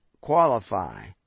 qualify